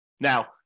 Now